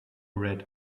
red